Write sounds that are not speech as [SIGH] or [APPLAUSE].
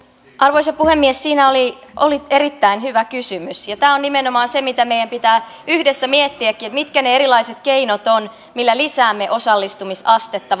arvoisa puhemies siinä oli erittäin hyvä kysymys ja ja tämä on nimenomaan se mitä meidän pitää yhdessä miettiäkin mitkä ne erilaiset keinot ovat millä lisäämme osallistumisastetta [UNINTELLIGIBLE]